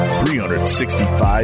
365